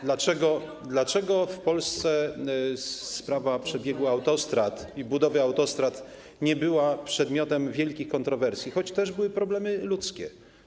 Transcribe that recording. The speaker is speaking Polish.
Dlaczego w Polsce sprawa przebiegu autostrad i budowy autostrad nie była przedmiotem wielkich kontrowersji, choć też były problemy ludzkie?